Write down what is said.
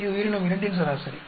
இது உயிரினம் 2ன் சராசரி